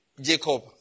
Jacob